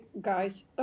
guys